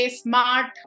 smart